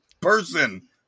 person